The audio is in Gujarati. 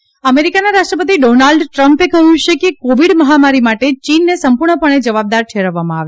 ટ્રમ્પ મોદી અમેરિકાના રાષ્ટ્રપતિ ડોનાલ્ડ ટ્રમ્પે કહ્યું છે કે કોવિડ મહામારી માટે ચીનને સંપૂર્ણપણે જવાબદાર ઠેરવવામાં આવે